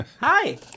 Hi